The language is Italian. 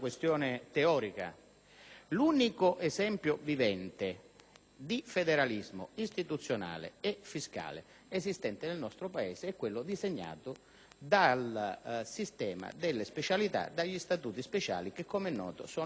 L'unico esempio vivente di federalismo istituzionale e fiscale esistente nel nostro Paese è quello disegnato dal sistema delle specialità, dagli Statuti speciali che, come noto, sono norme costituzionali.